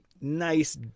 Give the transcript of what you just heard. Nice